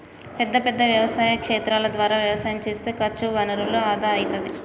పెద్ద పెద్ద వ్యవసాయ క్షేత్రాల ద్వారా వ్యవసాయం చేస్తే ఖర్చు వనరుల ఆదా అయితది